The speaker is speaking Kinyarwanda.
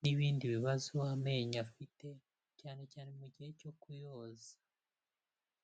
n'ibindi bibazo amenyo afite, cyane cyane mu gihe cyo kuyoza.